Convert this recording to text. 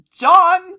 John